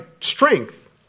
strength